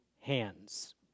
hands